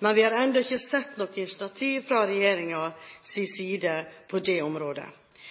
men vi har ennå ikke sett noe initiativ fra regjeringens side på det området.